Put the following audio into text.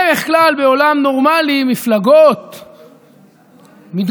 בדרך כלל בעולם נורמלי מפלגות מתגוששות,